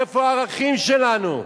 איפה הערכים שלנו?